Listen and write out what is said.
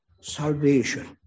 salvation